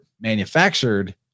manufactured